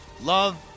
love